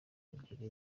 ebyiri